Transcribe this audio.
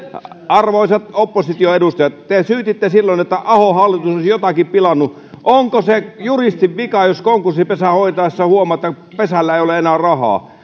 arvoisat opposition edustajat te syytitte silloin että ahon hallitus olisi jotakin pilannut onko se juristin vika jos konkurssipesää hoitaessaan huomataan että pesällä ei ole enää rahaa